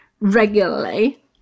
regularly